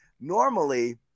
normally